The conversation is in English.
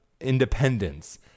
independence